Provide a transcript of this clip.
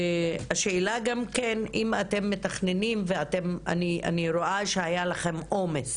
השאלה שלי גם כן אם אתם מתכננים ואתם אני רואה גם שהיה לכם עומס